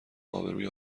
آبروی